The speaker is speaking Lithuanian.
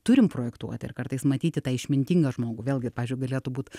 turim projektuoti ir kartais matyti tą išmintingą žmogų vėlgi pavyzdžiui galėtų būt